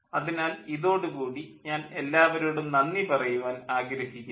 അതിനാൽ ഇതോടു കൂടി ഞാൻ എല്ലാവരോടും നന്ദി പറയാൻ ആഗ്രഹിക്കുന്നു